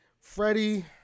Freddie